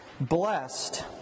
Blessed